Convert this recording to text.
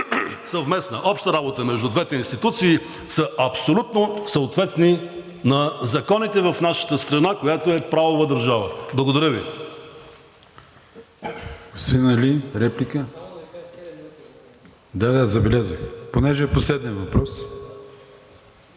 съвместна, обща работа между двете институции, са абсолютно съответни на законите в нашата страна, която е правова държава. Благодаря Ви.